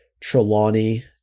Trelawney